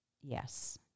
Yes